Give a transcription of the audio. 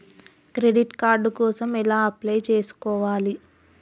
Credit card కోసం ఎలా apply చేసుకోవాలి?